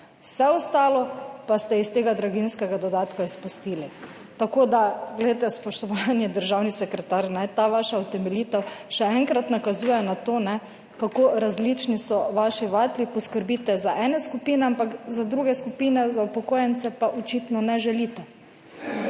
vse ostalo pa ste iz tega draginjskega dodatka izpustili. Tako da glejte, spoštovani državni sekretar, ta vaša utemeljitev še enkrat nakazuje na to, ne kako različni so vaši vatli. Poskrbite za ene skupine, ampak za druge skupine, za upokojence pa očitno ne želite.